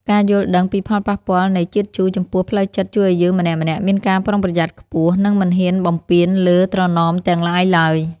ការយល់ដឹងពីផលប៉ះពាល់នៃជាតិជូរចំពោះផ្លូវចិត្តជួយឱ្យយើងម្នាក់ៗមានការប្រុងប្រយ័ត្នខ្ពស់ និងមិនហ៊ានបំពានលើត្រណមទាំងឡាយឡើយ។